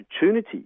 opportunity